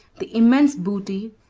the immense booty,